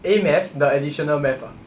A math the additional math ah